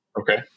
Okay